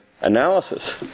analysis